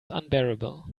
unbearable